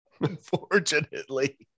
Unfortunately